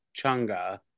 Chunga